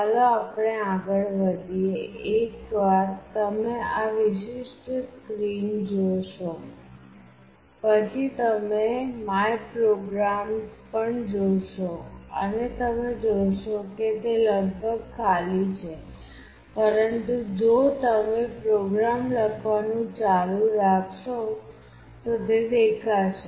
ચાલો આપણે આગળ વધીએ એકવાર તમે આ વિશિષ્ટ સ્ક્રીન જોશો પછી તમે માય પ્રોગ્રામ્સ પણ જોશો અને તમે જોશો કે તે લગભગ ખાલી છે પરંતુ જો તમે પ્રોગ્રામ લખવાનું ચાલુ રાખશો તો તે દેખાશે